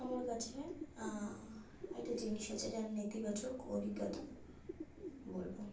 আমার কাছে একটা জিনিস আছে যার নেতিবাচক অভিজ্ঞতা বলবো